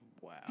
Wow